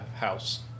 house